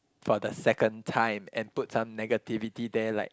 for the second time and put some negativity there like